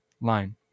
line